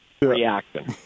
reacting